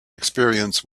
experience